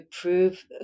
prove